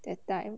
that time